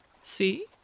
See